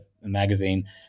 magazine